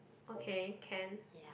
okay can